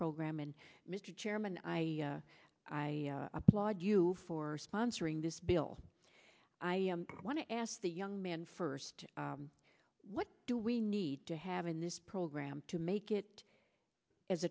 program and mr chairman i i applaud you for sponsoring this bill i want to ask the young man first what do we need to have in this program to make it as